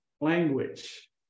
language